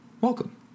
welcome